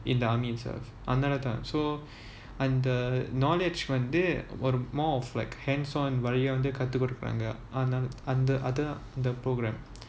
in the army itself அதுனால தான்:athunaala thaan so அந்த:antha knowledge வந்து:vanthu more of like hands on வழியா வந்து கத்து கொடுப்பாங்க அது தான் அந்த:valiyaa vanthu kathu kodupaanga athu thaan antha program